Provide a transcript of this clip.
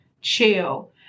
chill